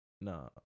No